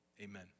amen